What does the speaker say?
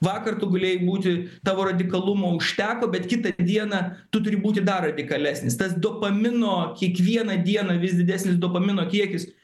vakar tu galėjai būti tavo radikalumo užteko bet kitą dieną tu turi būti dar radikalesnis tas dopamino kiekvieną dieną vis didesnis dopamino kiekis